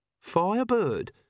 Firebird